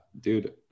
dude